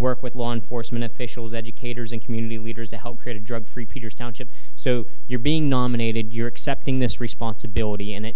work with law enforcement officials educators and community leaders to help create a drug free peters township so you're being nominated you're accepting this responsibility and that